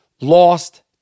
Lost